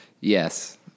yes